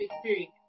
Experience